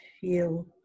feel